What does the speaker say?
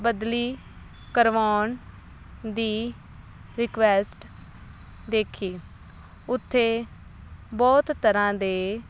ਬਦਲੀ ਕਰਵਾਉਣ ਦੀ ਰਿਕੁਐਸਟ ਦੇਖੀ ਉੱਥੇ ਬਹੁਤ ਤਰ੍ਹਾਂ ਦੇ